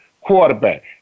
quarterback